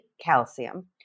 calcium